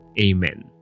Amen